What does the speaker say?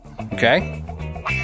Okay